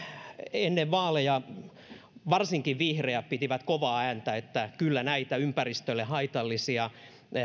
ennen vaaleja varsinkin vihreät pitivät kovaa ääntä että kyllä näitä ympäristölle haitallisia